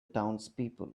townspeople